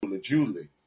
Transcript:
Julie